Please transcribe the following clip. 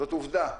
זאת עובדה.